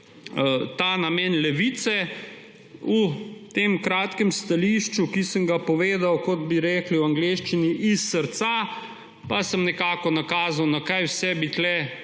ta namen Levice. V tem kratkem stališču, ki sem ga povedal, kot bi rekli v angleščini, iz srca, pa sem nekako nazal, na kaj vse bi bilo